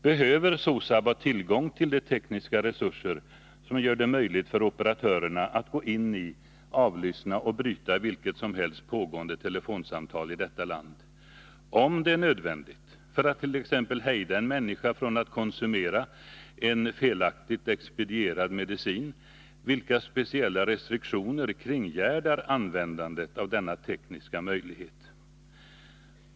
Behöver SOSAB ha tillgång till de tekniska resurser som gör det möjligt för operatörerna att gå in i, avlyssna och bryta vilket som helst pågående telefonsamtal i detta land? Om det är nödvändigt — för att t.ex. hindra att en människa konsumerar från ett apotek felaktigt expedierad medicin — vilka specialla restriktioner kringgärdar användandet av denna tekniska möjlighet?